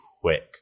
quick